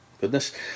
goodness